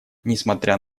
несмотря